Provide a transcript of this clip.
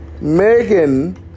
Megan